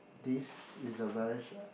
this is a very short